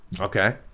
Okay